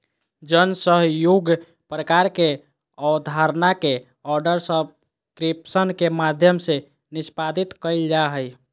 जन सहइोग प्रकार के अबधारणा के आर्डर सब्सक्रिप्शन के माध्यम से निष्पादित कइल जा हइ